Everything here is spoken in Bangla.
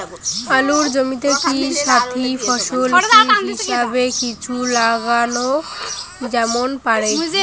আলুর জমিতে কি সাথি ফসল হিসাবে কিছু লাগানো যেতে পারে?